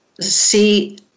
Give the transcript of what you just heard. see